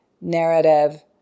narrative